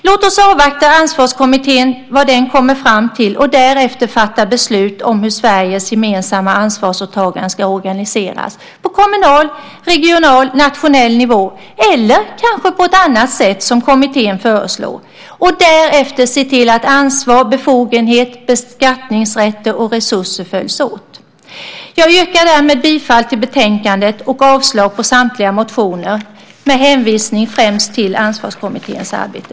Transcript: Låt oss avvakta vad Ansvarskommittén kommer fram till och därefter fatta beslut om hur Sveriges gemensamma ansvarsåtaganden ska organiseras på kommunal, regional och nationell nivå, eller kanske på ett annat sätt som kommittén föreslår, och därefter se till att ansvar, befogenheter, beskattningsrätt och resurser följs åt. Jag yrkar därmed bifall till förslaget i betänkandet och avslag på samtliga motioner med hänvisning främst till Ansvarskommitténs arbete.